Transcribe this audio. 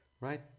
right